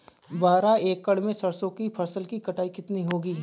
बारह एकड़ में सरसों की फसल की कटाई कितनी होगी?